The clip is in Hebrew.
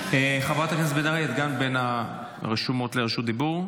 חברת הכנסת בן ארי גם היא בין הרשומות לרשות דיבור,